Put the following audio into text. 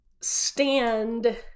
stand